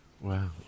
Wow